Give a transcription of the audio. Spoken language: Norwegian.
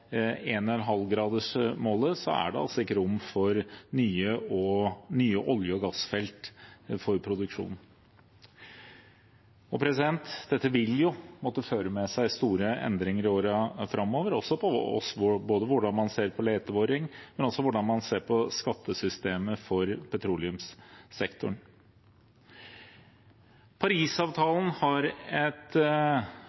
er det ikke rom for nye olje- og gassfelt for produksjon. Dette vil måtte føre med seg store endringer i årene framover, også for oss, i hvordan man ser på leteboring, men også i hvordan man ser på skattesystemet for petroleumssektoren.